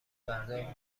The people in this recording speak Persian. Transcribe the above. بردار